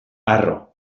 harro